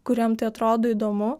kuriem tai atrodo įdomu